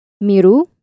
Miru